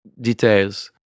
details